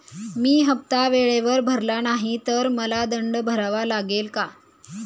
मी हफ्ता वेळेवर भरला नाही तर मला दंड भरावा लागेल का?